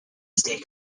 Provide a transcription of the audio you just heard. state